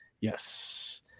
Yes